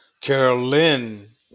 Carolyn